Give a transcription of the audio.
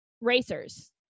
racers